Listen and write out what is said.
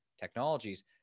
technologies